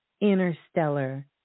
interstellar